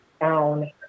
down